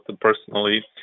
personally